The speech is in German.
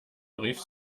rief